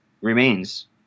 remains